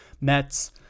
Mets